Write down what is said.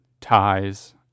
ties